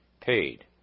paid